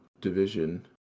division